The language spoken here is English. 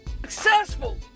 Successful